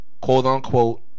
quote-unquote